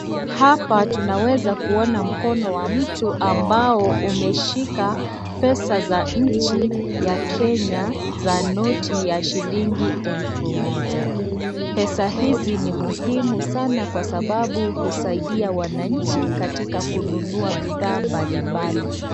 Hapa tunaweza kuona mkono wa mtu ambao umeshika pesa za nchi ya Kenya za noti ya shillingi elfu moja. Pesa hizi ni muhimu sana kwa sababu husaidia wananchi katika kununua bidhaa mbalimbali.